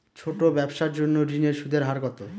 ছোট ব্যবসার জন্য ঋণের সুদের হার কত?